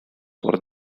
por